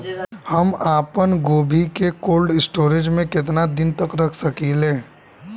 हम आपनगोभि के कोल्ड स्टोरेजऽ में केतना दिन तक रख सकिले?